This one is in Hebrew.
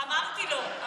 אמרתי לו.